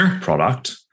product